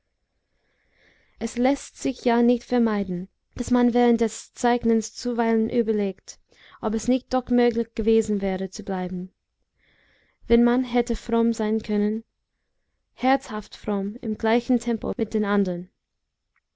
es läßt sich ja nicht vermeiden daß man während des zeichnens zuweilen überlegt ob es nicht doch möglich gewesen wäre zu bleiben wenn man hätte fromm sein können herzhaft fromm im gleichen tempo mit den andern